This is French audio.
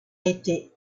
été